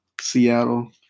Seattle